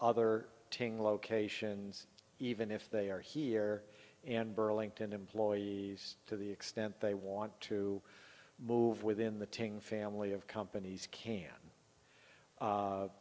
other locations even if they are here and burlington employees to the extent they want to move within the family of companies can